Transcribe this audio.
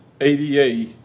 ADA